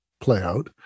playout